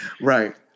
Right